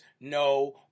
no